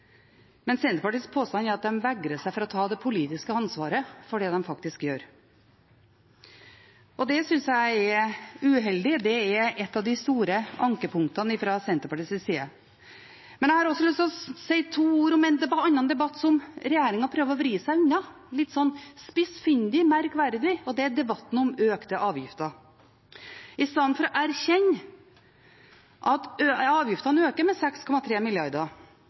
Men Senterpartiets påstand er at de vegrer seg for å ta det politiske ansvaret for det de faktisk gjør. Det synes jeg er uheldig, det er et av de store ankepunktene fra Senterpartiets side. Men jeg har også lyst til å si to ord om en annen debatt som regjeringen prøver å vri seg unna, på litt spissfindig og merkverdig vis, og det er debatten om økte avgifter. I stedet for å erkjenne at avgiftene øker med 6,3